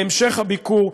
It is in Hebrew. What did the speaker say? להמשך הביקור,